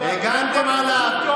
הגנתם עליו.